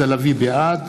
בעד